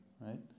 right